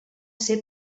ser